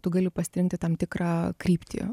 tu gali pasirinkti tam tikrą kryptį